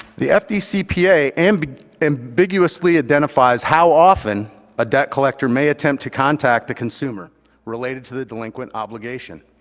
the fdcpa and ambiguously identifies how often a debt collector may attempt to contact the consumer related to the delinquent obligation.